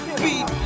beat